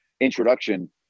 introduction